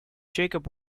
jacob